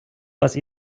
вас